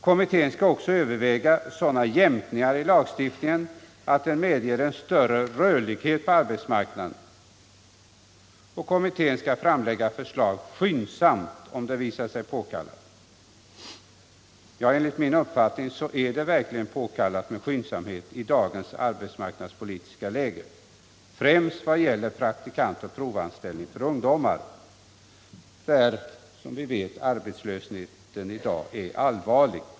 Kommittén skall även överväga sådana jämkningar av lagstiftningen att den medger en större rörlighet på arbetsmarknaden. Kommittén skall framlägga förslag skyndsamt, om det visar sig påkallat. Enligt min mening är det verkligen påkallat med skyndsamhet i dagens arbetsmarknadspolitiska läge, främst vad gäller praktikantoch provanställning för ungdomar, där som vi vet arbetslösheten i dag är allvarlig.